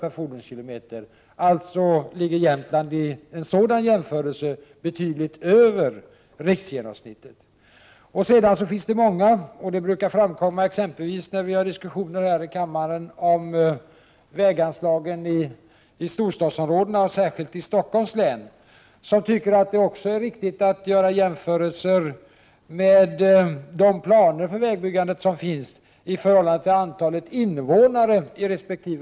Vid en sådan jämförelse ligger Jämtland alltså betydligt över riksgenomsnittet. Det finns många — och det brukar framkomma exempelvis när vi har diskussioner här i kammaren om väganslagen i storstadsområdena, särskilt i Stockholms län — som tycker att det också är riktigt att sätta de planer för vägbyggande som finns i förhållande till antalet invånare i resp. område.